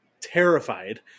terrified